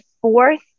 fourth